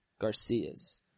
Garcias